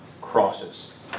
crosses